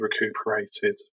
recuperated